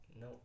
No